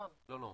רוה"מ.